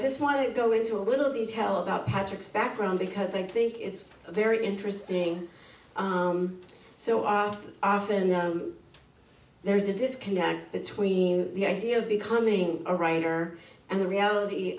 just want to go into a little detail about patrick's background because i think it's very interesting so i asked and there is a disconnect between the idea of becoming a writer and the reality